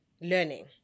learning